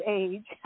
age